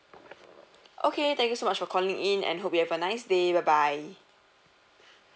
okay thank you so much for calling in and hope you have a nice day bye bye